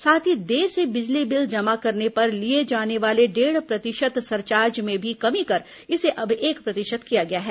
साथ ही देर से बिजली बिल जमा करने पर लिए जाने वाले डेढ़ प्रतिशत सरचार्ज में भी कमी कर इसे अब एक प्रतिशत किया गया है